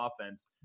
offense